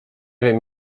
wiem